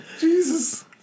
Jesus